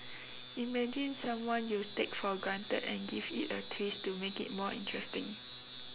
imagine someone you take for granted and give it a twist to make it more interesting